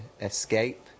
escape